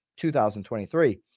2023